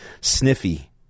sniffy